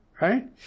right